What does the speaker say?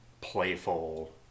playful